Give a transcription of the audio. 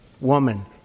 woman